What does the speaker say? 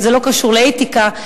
וזה לא קשור לאתיקה,